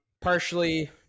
Partially